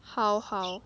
好好